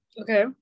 okay